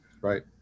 Right